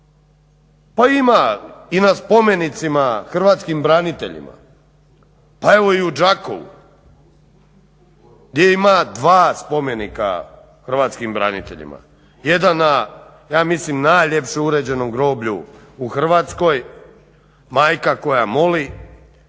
Pa ima i na spomenicima hrvatskim braniteljima pa evo i u Đakovu gdje ima dva spomenika hrvatskih branitelja. Jedan na ja mislim najljepše uređenom groblju u Hrvatskoj majka koja moli